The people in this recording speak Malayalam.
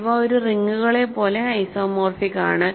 ഇവ ഒരു റിങ്ങുകളെ പോലെ ഐസോമോർഫിക് ആണ്